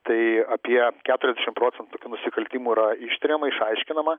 tai apie keturiasdešim procentų nusikaltimų yra ištiriama išaiškinama